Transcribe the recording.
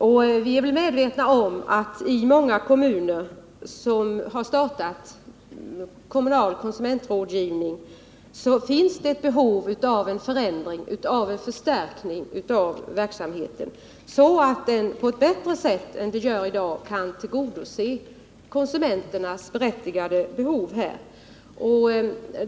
Jag är medveten om att det i många kommuner där man har startat kommunal konsumentrådgivning finns ett behov av en förbättring och förstärkning av verksamheten, så att den på ett bättre sätt än vad den gör i dag kan tillgodose konsumenternas berättigade krav.